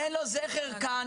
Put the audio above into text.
אין לו זכר כאן.